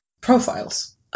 profiles